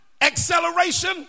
Acceleration